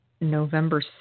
November